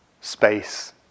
space